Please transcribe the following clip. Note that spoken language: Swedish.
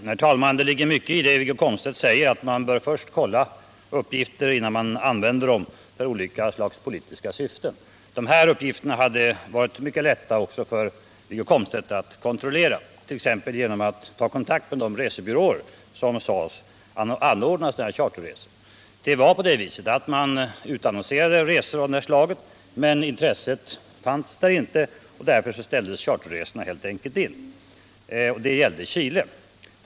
Herr talman! Det ligger mycket i det Wiggo Komstedt säger att man först bör kolla uppgifter innan man använder dem för olika slags politiska syften. Dessa uppgifter hade det varit mycket lätt också för Wiggo Komstedt att kontrollera, 1. ex. genom att ta kontakt med de resebyråer som sades anordna sådana här charterresor. Det var på det sättet att man utannonserade resor av det här slaget, men det fanns inget intresse för dem och därför ställdes resorna helt enkelt in. Det gällde resor till Chile.